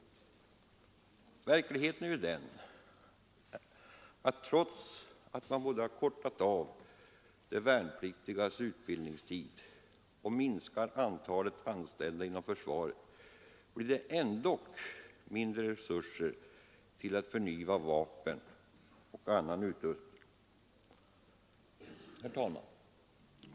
Verkligheten är ju den, att trots att man både har kortat av de värnpliktigas utbildningstid och minskar antalet anställda inom försvaret blir det ändock mindre resurser till att förnya vapen och annan utrustning. Herr talman!